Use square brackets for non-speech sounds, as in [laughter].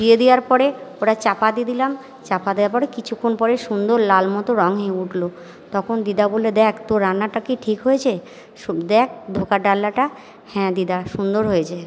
দিয়ে দেয়ার পরে ওটা চাপা দিয়ে দিলাম চাপা দেওয়ার পরে কিছুক্ষণ পরে সুন্দর লাল মতো রঙ হয়ে উঠলো তখন দিদা বললো দেখ তোর রান্নাটা কি ঠিক হয়েছে [unintelligible] দেখ ধোঁকার ডালনাটা হ্যাঁ দিদা সুন্দর হয়েছে